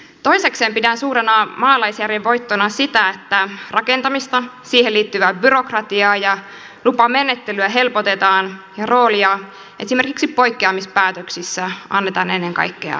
toisekseen pidän suurena maalaisjärjen voittona sitä että rakentamista siihen liittyvää byrokratiaa ja lupamenettelyä helpotetaan ja roolia esimerkiksi poikkeamispäätöksissä annetaan ennen kaikkea kunnille